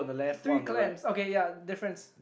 three clams okay ya difference